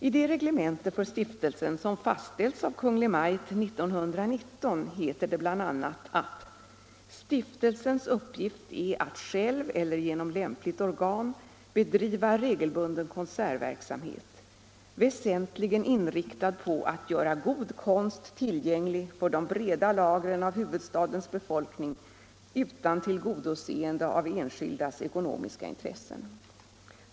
I det reglemente för stiftelsen som fastställts av Kungl. Maj:t 1919 heter det bl.a. att ”stiftelsens uppgift är att själv eller genom lämpligt organ bedriva regelbunden konsertverksamhet, väsentligen inriktad på att göra god konst tillgänglig för de breda lagren av huvudstadens befolkning utan tillgodoseende av enskildas ekonomiska intressen.